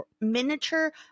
miniature